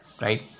right